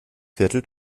viertel